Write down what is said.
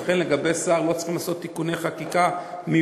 ולכן לגבי שר לא צריכים לעשות תיקוני חקיקה מיוחדים,